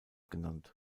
genannt